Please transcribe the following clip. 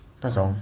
那种